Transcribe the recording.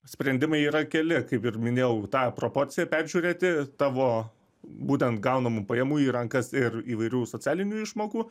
sprendimai yra keli kaip ir minėjau tą proporciją peržiūrėti tavo būtent gaunamų pajamų į rankas ir įvairių socialinių išmokų